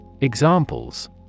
Examples